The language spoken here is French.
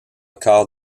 quarts